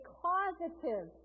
causative